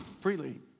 Freely